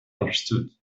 understood